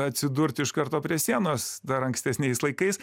atsidurt iš karto prie sienos dar ankstesniais laikais